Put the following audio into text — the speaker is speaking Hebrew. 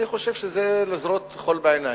אני חושב שזה לזרות חול בעיניים.